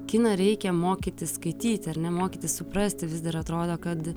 kiną reikia mokytis skaityti ar ne mokytis suprasti vis dar atrodo kad